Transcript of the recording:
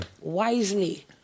wisely